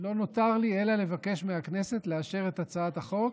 לא נותר לי אלא לבקש מהכנסת לאשר את הצעת החוק